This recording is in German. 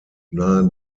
nahe